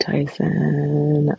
Tyson